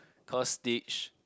call Stitch